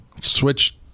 switch